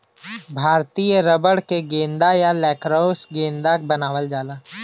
भारतीय रबर क गेंदा या लैक्रोस गेंदा बनावल जाला